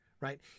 right